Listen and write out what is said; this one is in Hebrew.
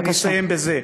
אני מסיים בזה.